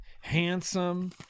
handsome